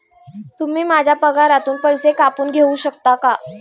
तुम्ही माझ्या पगारातून पैसे कापून घेऊ शकता का?